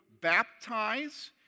baptize